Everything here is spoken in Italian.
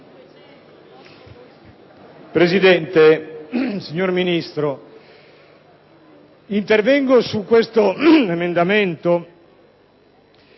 Presidente, signor Ministro, intervengo su questo emendamento,